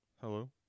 hello